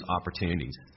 opportunities